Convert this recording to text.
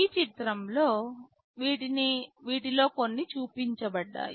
ఈ చిత్రంలో వీటిలో కొన్ని చూపించబడ్డాయి